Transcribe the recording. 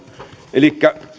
elikkä